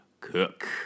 cook